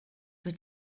were